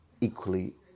equally